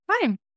Fine